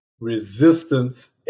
resistance